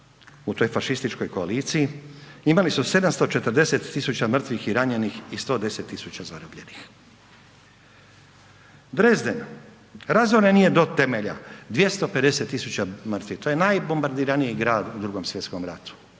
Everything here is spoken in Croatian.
u toj fašističkoj koaliciji, imali su 740 tisuća mrtvih i ranjenih i 110 tisuća zarobljenih. Dresden razoren je do temelja, 250 tisuća mrtvih, to je najbombardiraniji grad u II. Svj. ratu,